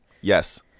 yes